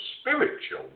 spiritual